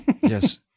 Yes